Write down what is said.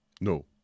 No